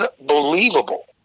unbelievable